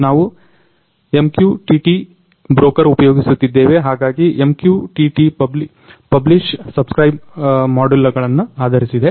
ನಾವು MQTT broker ಉಪಯೋಗಿಸುತ್ತಿದ್ದೇವೆ ಹಾಗಾಗಿ MQTT ಪಬ್ಲಿಷ್ ಸಬ್ಸ್ಕ್ರೈಬ್ ಮಾಡೆಲ್ಗಳನ್ನ ಆಧರಿಸಿದೆ